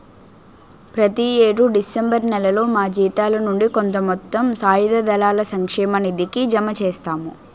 ప్రతి యేడు డిసెంబర్ నేలలో మా జీతాల నుండి కొంత మొత్తం సాయుధ దళాల సంక్షేమ నిధికి జమ చేస్తాము